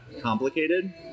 complicated